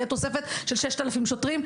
תוספת של 6,000 שוטרים,